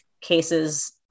cases